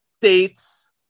dates